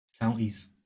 Counties